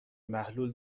محلول